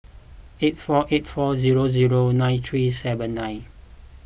eight four eight four zero zero nine three seven nine